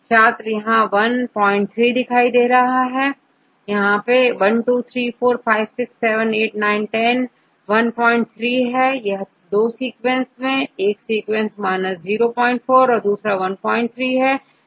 छात्र 13 13सही 1 2 3 4 5 6 7 8 9 1013 तो इन 2 सीक्वेंस में एक सीक्वेंस o4 और दूसरा13 है